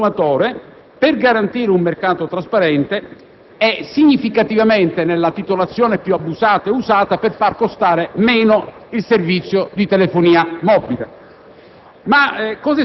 a favore del consumatore, per garantire un mercato trasparente e, significativamente, nella titolazione più abusata ed usata, per far costare meno il servizio di telefonia mobile.